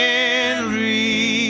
Henry